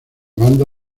banda